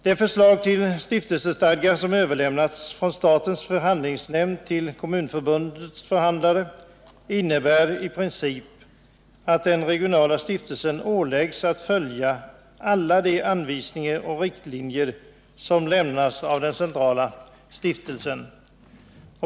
Det förslag till stiftelsestadgar som överlämnats från statens förhandlingsnämnd till Kommunförbundets förhandlare innebär i princip att den regionala stiftelsen åläggs att följa alla de anvisningar och riktlinjer som lämnas av den centrala stiftelsen.